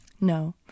No